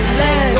let